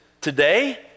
Today